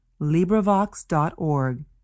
LibriVox.org